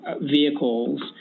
vehicles